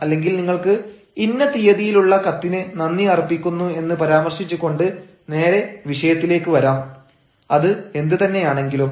അല്ലെങ്കിൽ നിങ്ങൾക്ക് ഇന്ന തീയതിയിലുള്ള കത്തിന് നന്ദി അർപ്പിക്കുന്നു എന്ന് പരാമർശിച്ചുകൊണ്ട് നേരെ വിഷയത്തിലേക്ക് വരാം അത് എന്തു തന്നെയാണെങ്കിലും